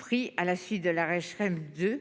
pris à la suite de l'arrêt serait mieux